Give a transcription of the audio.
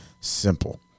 simple